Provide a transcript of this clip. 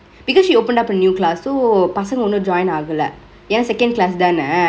because she open up a new class so பசங்க இன்னு:pasangkge innu join ஆகல ஏன:aagale yena second class தான:thaane